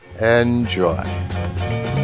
enjoy